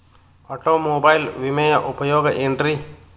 Automobile ವಿಮೆಯ ಉಪಯೋಗ ಏನ್ರೀ?